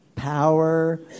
power